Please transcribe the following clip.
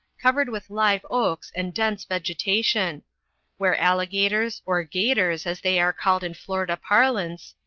covered with live oaks and dense vegetation where alligators, or gators as they are called in florida parlance,